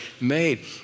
made